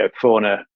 fauna